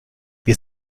wir